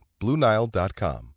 BlueNile.com